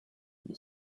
you